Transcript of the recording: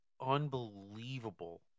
unbelievable